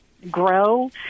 grow